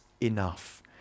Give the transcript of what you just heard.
enough